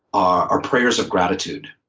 are prayers of gratitude.